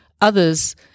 others